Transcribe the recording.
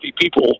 people